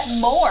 more